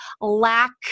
lack